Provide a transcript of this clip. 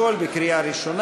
הכול לקריאה ראשונה.